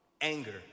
anger